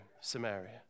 Samaria